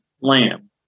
lamb